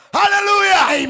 hallelujah